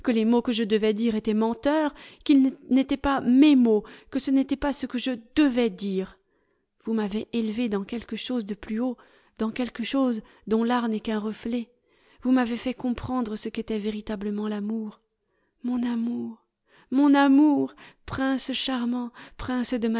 les mots que je devais dire étaient menteurs qu'ils n'étaient pas mes mots que ce n'était pas ce que je devais dire vous m'avez élevé dans quelque chose de plus haut dans quelque chose dont l'art n'est qu'un reflet vous m'avez fait comprendre ce qu'était véritablement l'amour mon amour mon amour prince charmant prince